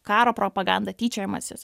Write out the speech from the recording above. karo propaganda tyčiojimasis